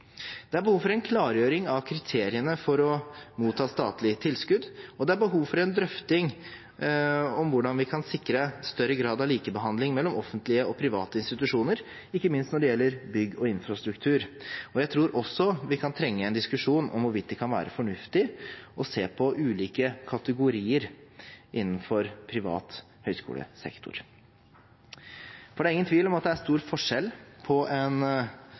Det er behov for en klargjøring av kriteriene for å motta statlig tilskudd, og det er behov for en drøfting av hvordan vi kan sikre større grad av likebehandling mellom offentlige og private institusjoner, ikke minst når det gjelder bygg og infrastruktur. Jeg tror også vi kan trenge en diskusjon om hvorvidt det kan være fornuftig å se på ulike kategorier innenfor privat høyskolesektor, for det er ingen tvil om at det er stor forskjell på en